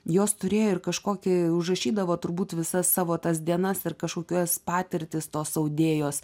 jos turėjo ir kažkokį užrašydavo turbūt visas savo tas dienas ir kažkokios patirtis tos audėjos